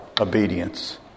obedience